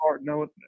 No